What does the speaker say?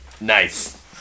Nice